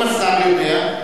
אם השר יודע,